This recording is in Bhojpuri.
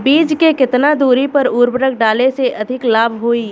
बीज के केतना दूरी पर उर्वरक डाले से अधिक लाभ होई?